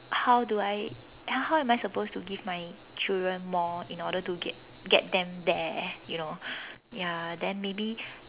how do I how how am I supposed to give my children more in order to get get them there you know ya then maybe